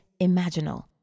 imaginal